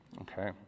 Okay